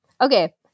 Okay